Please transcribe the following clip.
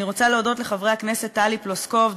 אני רוצה להודות לחברי הכנסת טלי פלוסקוב,